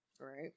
right